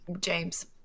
James